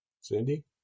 cindy